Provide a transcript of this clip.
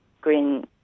green